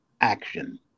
action